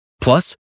Plus